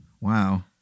Wow